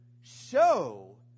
show